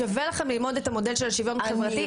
שווה לכם ללמוד את המודל של השיוויון החברתי,